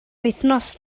wythnos